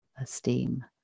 esteem